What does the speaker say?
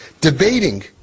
debating